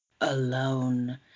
Alone